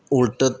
ਉਲਟ